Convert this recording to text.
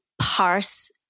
parse